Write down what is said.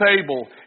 table